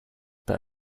but